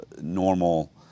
normal